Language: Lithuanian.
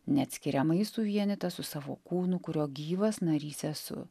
neatskiriamai suvienytas su savo kūnu kurio gyvas narys esu